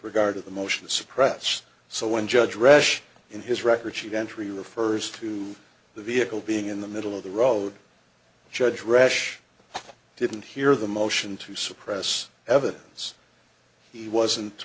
regard to the motion suppressed so one judge reschke in his record sheet entry refers to the vehicle being in the middle of the road judge rush didn't hear the motion to suppress evidence he wasn't